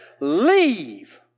Leave